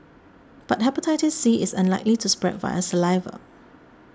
but Hepatitis C is unlikely to spread via saliva